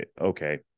Okay